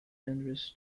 andres